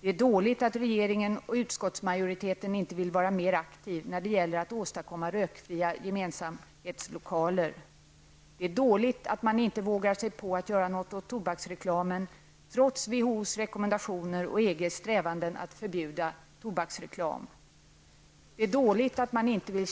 Det är dåligt att regeringen och utskottsmajoriteten inte vill vara mer aktiva när det gäller att åstadkomma rökfria gemensamhetslokaler. Det är dåligt att man inte vågar sig på att göra något åt tobaksreklamen trots WHOs rekommendationer och EGs strävanden att förbjuda tobaksreklam. Det är dåligt att man inte vill